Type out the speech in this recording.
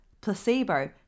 Placebo